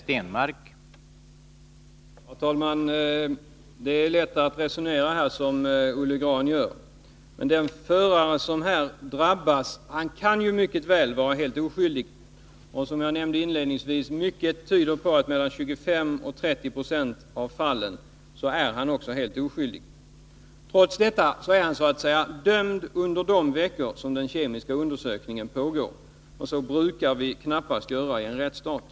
Herr talman! Det är lätt att resonera som Olle Grahn gör. Men den förare som drabbas kan ju mycket väl vara helt oskyldig. Som jag nämnde inledningsvis tyder mycket på att förarna i 25-30 22 av fallen är oskyldiga. Trots detta är den förare som drabbas dömd under de veckor som den kemiska undersökningen pågår. Så brukar man knappast ha det i en rättsstat.